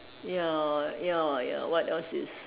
ya ya ya what else is